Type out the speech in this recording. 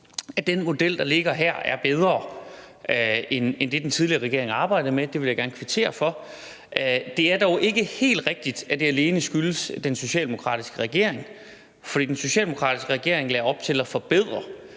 at den model, der ligger her, er bedre end den, den tidligere regering arbejdede med. Det vil jeg gerne kvittere for. Det er dog ikke helt rigtigt, at det alene skyldes den socialdemokratiske regering, for den socialdemokratiske regering lagde op til at forbedre